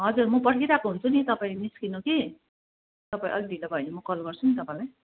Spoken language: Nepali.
हजुर म पर्खिरहेको हुन्छु नि तपाईँ निस्किनु कि तपाईँ अलि ढिलो भयो भने म कल गर्छु नि तपाईँलाई